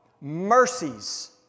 Mercies